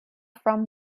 from